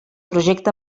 projecte